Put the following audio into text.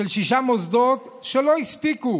שישה מוסדות שלא הספיקו